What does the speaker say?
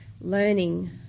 learning